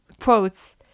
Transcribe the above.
quotes